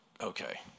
okay